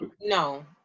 no